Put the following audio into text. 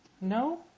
No